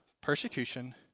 persecution